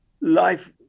life